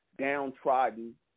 downtrodden